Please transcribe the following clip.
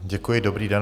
Děkuji, dobrý den.